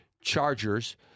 Chargers